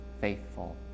faithful